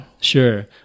Sure